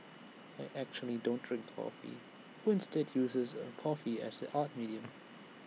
I actually don't drink coffee who instead uses A coffee as an art medium